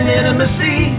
intimacy